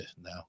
no